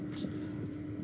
okay